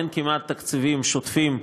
אין כמעט תקציבים שוטפים,